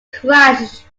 crashed